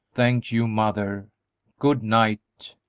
thank you, mother good-night!